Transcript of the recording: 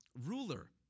ruler